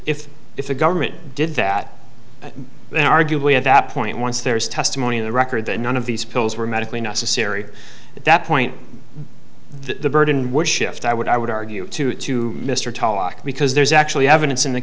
if if the government did that then arguably at that point once there's testimony in the record that none of these pills were medically necessary at that point the burden would shift i would i would argue to it to mr tulloch because there's actually evidence in th